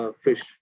fish